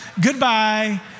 goodbye